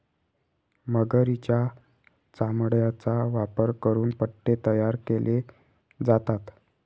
मगरीच्या चामड्याचा वापर करून पट्टे तयार केले जातात